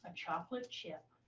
and chocolate chip.